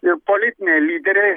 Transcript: ir politiniai lyderiai